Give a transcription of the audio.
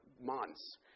months